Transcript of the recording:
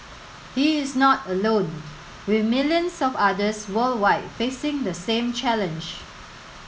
he is not alone with millions of others worldwide facing the same challenge